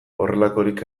horrelakorik